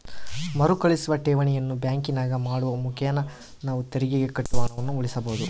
ಮರುಕಳಿಸುವ ಠೇವಣಿಯನ್ನು ಬ್ಯಾಂಕಿನಾಗ ಮಾಡುವ ಮುಖೇನ ನಾವು ತೆರಿಗೆಗೆ ಕಟ್ಟುವ ಹಣವನ್ನು ಉಳಿಸಬಹುದು